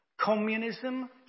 Communism